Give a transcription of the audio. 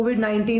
COVID-19